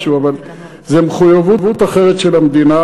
אבל זאת מחויבות אחרת של המדינה,